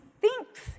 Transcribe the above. thinks